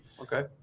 Okay